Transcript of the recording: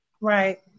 Right